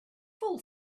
full